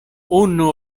unu